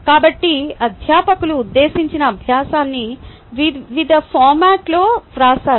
కాబట్టి అధ్యాపకులు ఉద్దేశించిన అభ్యాసాన్ని వివిధ ఫార్మాట్లలో వ్రాస్తారు